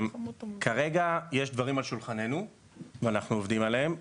כרגע יש דברים על שולחננו ואנחנו עובדים עליהם.